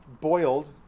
boiled